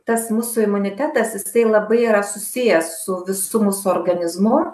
tas mūsų imunitetas jisai labai yra susijęs su visu mūsų organizmu